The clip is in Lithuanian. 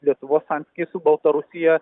lietuvos santykiai su baltarusija